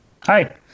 hi